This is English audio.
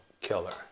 killer